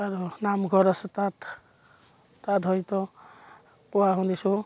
আৰু নামঘৰ আছে তাত তাত হয়তো কোৱা শুনিছোঁ